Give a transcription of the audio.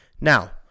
Now